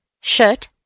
Shirt